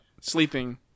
sleeping